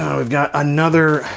um we've got another,